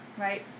right